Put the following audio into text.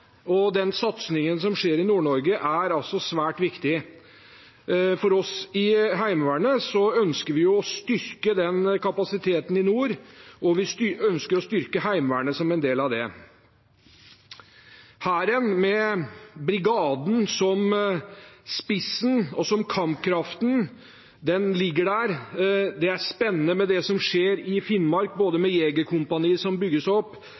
annet. Den satsingen som skjer i Nord-Norge, er svært viktig for oss. I Heimevernet ønsker vi å styrke kapasiteten i nord, og vi ønsker å styrke Heimevernet som en del av det. Hæren – med brigaden som spissen og som kampkraften – ligger der. Det er spennende, det som skjer i Finnmark, både med jegerkompaniet som bygges opp,